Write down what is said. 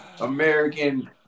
American